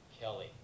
Kelly